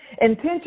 Intentions